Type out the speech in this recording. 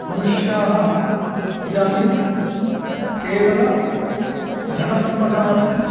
मनुष्याः इदानीं केवलधनसम्पादनार्थं